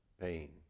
pain